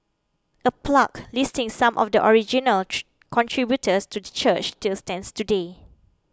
a plaque listing some of the original contributors to the church still stands today